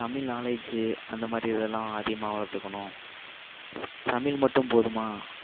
Tamil knowledge அந்தமாதிரி இதெலாம் அதிகமாக வளர்த்துக்குணும் தமிழ் மட்டும் போதுமா